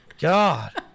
God